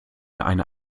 eine